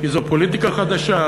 כי זאת פוליטיקה חדשה,